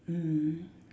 mm